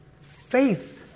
Faith